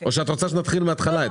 או שאת רוצה שנתחיל את השאלות מההתחלה.